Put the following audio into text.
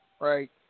right